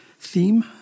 theme